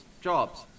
jobs